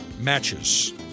Matches